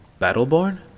Battleborn